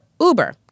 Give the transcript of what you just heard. Uber